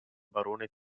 barone